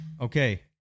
Okay